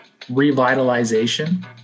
revitalization